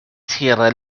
sierra